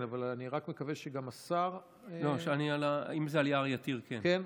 אם זה על יער יתיר, כן.